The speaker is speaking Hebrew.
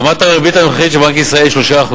רמת הריבית הנוכחית של בנק ישראל היא 3%,